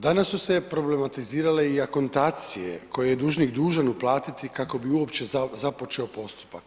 Danas su se problematizirale i akontacije, koje je dužnik dužan uplatiti kako bi uopće započeo postupak.